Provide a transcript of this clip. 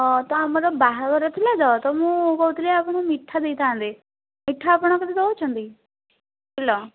ତ ଆମର ବାହାଘର ଥିଲା ତ ତ ମୁଁ କହୁଥିଲି ଆପଣ ମିଠା ଦେଇଥାନ୍ତେ ମିଠା ଆପଣ କେତେ ଦେଉଛନ୍ତି ହ୍ୟାଲୋ